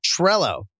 Trello